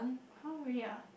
!huh! really ah